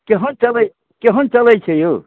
केहन चलैत केहन चलैत छै यौ